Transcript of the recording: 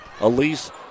Elise